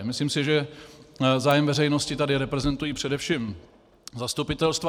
Myslím si, že zájem veřejnosti tady reprezentují především zastupitelstva.